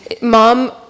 Mom